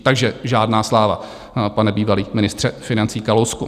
Takže žádná sláva, pane bývalý ministře financí Kalousku.